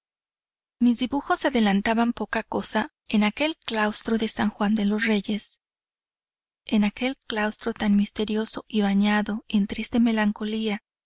mis dibujos adelantaban poca cosa en aquel claustro de san juan de los reyes en aquel claustro tan misterioso y bañado en triste melancolía